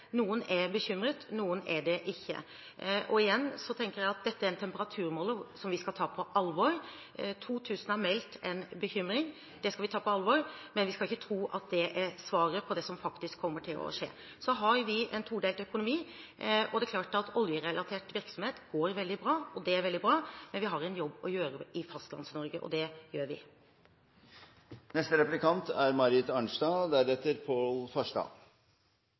Noen er bekymret, andre er det ikke. Igjen tenker jeg at dette er en temperaturmåler som vi skal ta på alvor. 2 000 har meldt en bekymring, det skal vi ta på alvor, men vi skal ikke tro at det er svaret på det som faktisk kommer til å skje. Vi har en todelt økonomi. Det er klart at oljerelatert virksomhet går veldig bra, og det er veldig bra. Men vi har en jobb å gjøre i Fastlands-Norge – og det gjør vi.